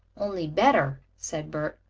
only better, said bert,